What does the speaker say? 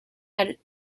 had